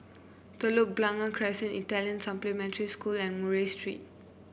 Telok Blangah Crescent Italian Supplementary School and Murray Street